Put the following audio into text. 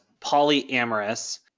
polyamorous